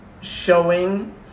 showing